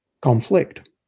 conflict